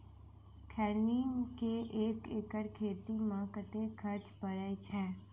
खैनी केँ एक एकड़ खेती मे कतेक खर्च परै छैय?